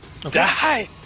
Die